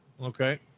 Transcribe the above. Okay